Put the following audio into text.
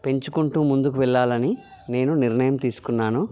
పెంచుకుంటూ ముందుకు వెళ్ళాలని నేను నిర్ణయం తీసుకున్నాను